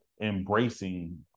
embracing